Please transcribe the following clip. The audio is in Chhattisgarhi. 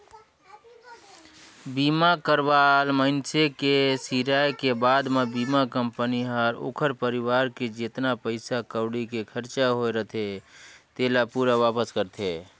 बीमा करवाल मइनसे के सिराय के बाद मे बीमा कंपनी हर ओखर परवार के जेतना पइसा कउड़ी के खरचा होये रथे तेला पूरा वापस करथे